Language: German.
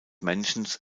männchens